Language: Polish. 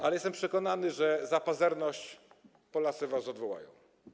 Ale jestem przekonany, że za pazerność Polacy was odwołają.